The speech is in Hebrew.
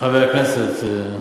חבר הכנסת פייגלין.